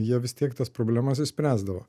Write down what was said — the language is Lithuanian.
jie vis tiek tas problemas išspręsdavo